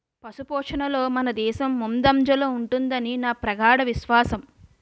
పశుపోషణలో మనదేశం ముందంజలో ఉంటుదని నా ప్రగాఢ విశ్వాసం